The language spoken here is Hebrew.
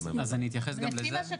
אתייחס גם לזה.